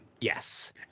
yes